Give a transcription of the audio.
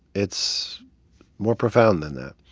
it's more profound than that.